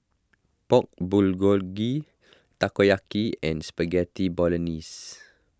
Pork Bulgogi Takoyaki and Spaghetti Bolognese